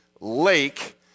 lake